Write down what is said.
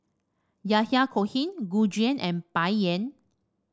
Yahya Cohen Gu Juan and Bai Yan